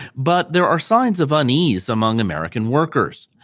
but there are signs of unease among american workers.